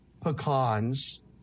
pecans